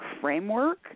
framework